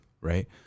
right